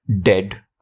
dead